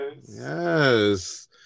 Yes